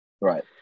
Right